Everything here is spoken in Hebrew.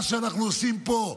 מה שאנחנו עושים פה,